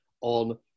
on